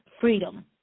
freedom